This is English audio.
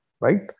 right